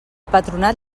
patronat